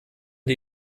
die